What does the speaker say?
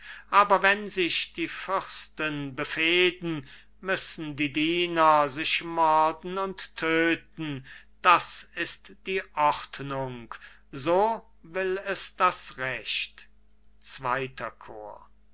aber wenn sich die fürsten befehden müssen die diener sich morden und tödten das ist die ordnung so will es das recht zweiter chor